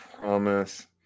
promise